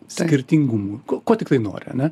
skirtingumų ko ko tiktai nori ane